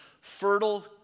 fertile